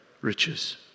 riches